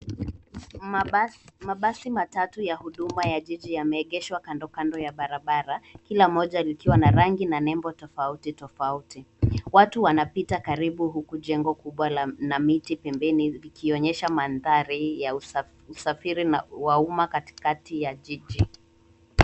Mabasi matatu ya huduma ya jiji yameegeshwa kandokando ya barabara. Kila moja likiwa na rangi na nembo tofautitofauti. Watu wanapita karibu huku jengo kubwa na miti pembeni vikionyesha mandhari ya usafiri na umma katikati ya jiji.